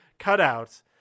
cutouts